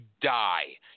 die